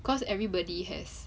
cause everybody has